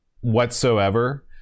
whatsoever